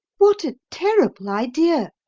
what a terrible idea!